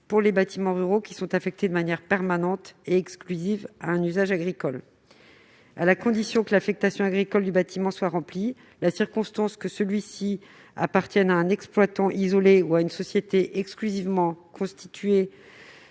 pour les bâtiments ruraux affectés de manière permanente et exclusive à un usage agricole. Dès lors que l'affectation agricole du bâtiment est établie, le fait qu'il appartienne à un exploitant isolé ou à une société exclusivement constituée